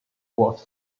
was